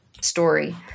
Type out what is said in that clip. story